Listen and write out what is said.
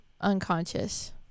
unconscious